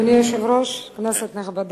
אדוני היושב-ראש, כנסת נכבדה,